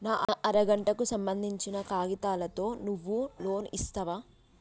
నా అర గంటకు సంబందించిన కాగితాలతో నువ్వు లోన్ ఇస్తవా?